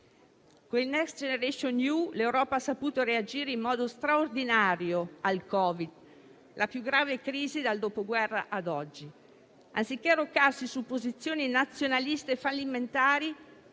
Con il Next generation EU, l'Europa ha saputo reagire in modo straordinario al Covid, la più grave crisi dal dopoguerra ad oggi. Anziché arroccarsi su posizioni nazionaliste e fallimentari,